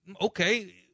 okay